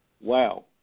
Wow